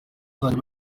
bajya